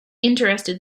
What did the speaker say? interested